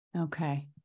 Okay